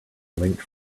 linked